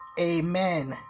Amen